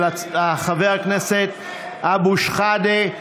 של חבר הכנסת אבו שחאדה.